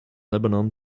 lebanon